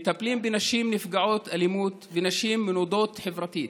מטפלים בנשים נפגעות אלימות ונשים מנודות חברתית,